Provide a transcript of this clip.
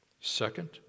Second